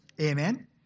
Amen